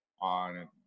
on